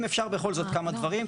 אם אפשר בכל זאת כמה דברים,